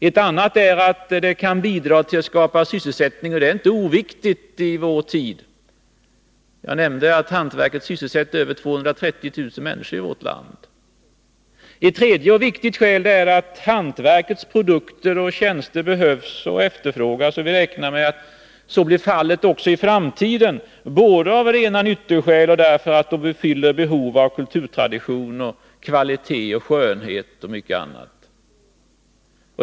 Ett annat skäl är att hantverket kan bidra till att skapa sysselsättning, och det är inte oviktigt i vår tid. Jag nämnde att hantverket sysselsätter över 230 000 människor i vårt land. Ett tredje och viktigt skäl är att hantverkets produkter och tjänster behövs och efterfrågas. Vi räknar med att så blir fallet också i framtiden, både av rena nyttoskäl och därför att de fyller ett behov när det gäller kulturtradition, kvalitet, skönhet och mycket annat.